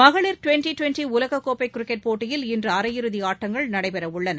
மகளிர் twenty twenty உலக கோப்பை கிரிக்கெட் போட்டியில் இன்று அரையிறுதி ஆட்டங்கள் நடைபெற உள்ளன